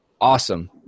awesome